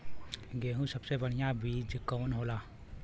गेहूँक सबसे बढ़िया बिज कवन होला?